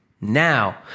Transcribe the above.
Now